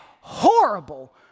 horrible